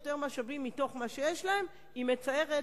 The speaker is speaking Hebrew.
יותר משאבים מתוך מה שיש להן היא מצערת,